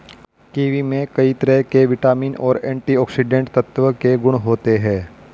kiwi में कई तरह के विटामिन और एंटीऑक्सीडेंट तत्व के गुण होते है